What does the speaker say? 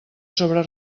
sobre